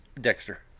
Dexter